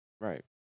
Right